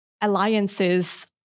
alliances